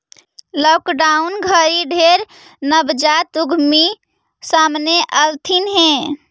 lockdown घरी ढेर नवजात उद्यमी सामने अएलथिन हे